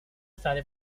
state